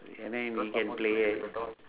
I mean he can play